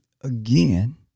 again